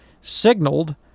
signaled